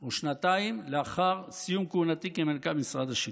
או שנתיים לאחר סיום כהונתי כמנכ"ל משרד השיכון.